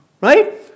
Right